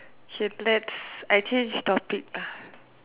should let's I change topic ah